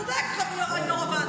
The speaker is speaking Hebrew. צודק יו"ר הוועדה,